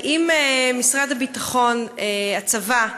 האם משרד הביטחון, הצבא,